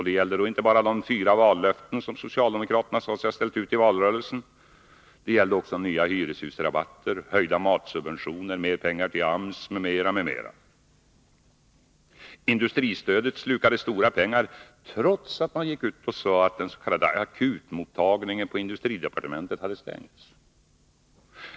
Det gällde då inte bara de fyra vallöften som socialdemokraterna sade sig ha ställt ut i valrörelsen. Det gällde också nya hyresrabatter, höjda matsubventioner, mer pengar till AMS m.m. Industristödet slukade stora pengar, trots att man sade att den s.k. akutmottagningen på industridepartementet hade stängts.